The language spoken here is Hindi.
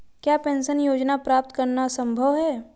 क्या पेंशन योजना प्राप्त करना संभव है?